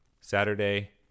Saturday